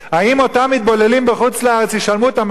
האם אותם מתבוללים בחוץ-לארץ ישלמו את המחיר